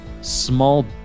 small